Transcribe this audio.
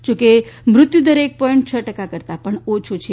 ો કે તે મૃત્યુ દર એક પોઇન્ટ છ ટકા કરતાં પણ ઓછી છે